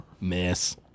Miss